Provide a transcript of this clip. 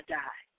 die